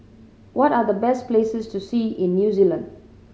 what are the best places to see in New Zealand